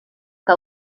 que